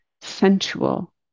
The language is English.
sensual